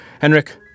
Henrik